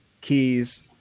keys